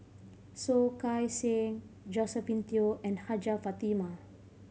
Soh Kay Siang Josephine Teo and Hajjah Fatimah